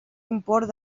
import